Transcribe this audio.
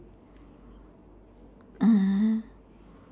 uh